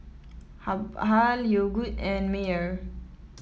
Habhal Yogood and Mayer